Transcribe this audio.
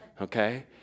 okay